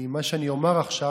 מה שאני אומר עכשיו,